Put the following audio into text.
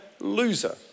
loser